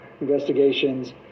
investigations